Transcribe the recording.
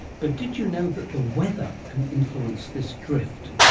but did you know that the weather can influence this drift?